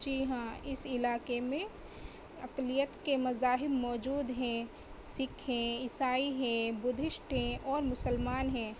جی ہاں اس علاقے میں اقلیت کے مذاہب موجود ہیں سکھ ہیں عیسائی ہیں بدھسٹ ہیں اور مسلمان ہیں